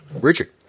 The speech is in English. Richard